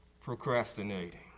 Procrastinating